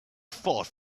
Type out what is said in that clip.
fought